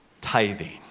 tithing